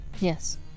yes